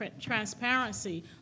transparency